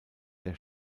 der